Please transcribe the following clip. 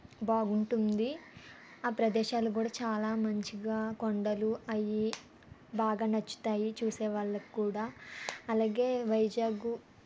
బాగుంటుంది ఆ ప్రదేశాలు కూడా చాలా మంచిగా కొండలు అవి బాగా నచ్చుతాయి చూసే వాళ్ళకి కూడా అలాగే వైజాగు